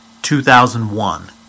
2001